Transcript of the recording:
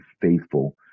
faithful